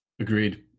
Agreed